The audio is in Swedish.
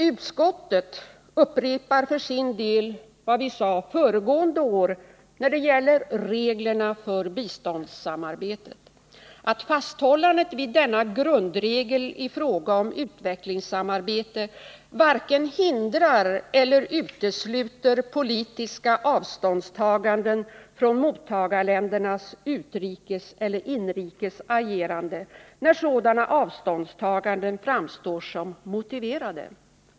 Utskottet upprepar för sin del vad som anfördes föregående år när det gäller reglerna för biståndssamarbete, att fasthållandet vid denna grundregel i fråga om utvecklingssamarbete varken hindrar eller utesluter politiska avståndstaganden från mottagarländernas utrikeseller inrikesagerande när sådana avståndstaganden framstår som motiverade.